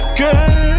girl